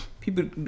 people